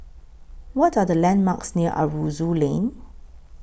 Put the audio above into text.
What Are The landmarks near Aroozoo Lane